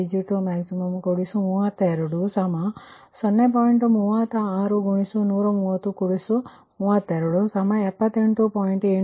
8 RsMWhr ದೊರಕುವುದು